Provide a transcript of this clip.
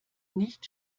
nicht